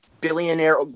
billionaire